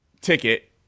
ticket